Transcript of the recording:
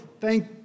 thank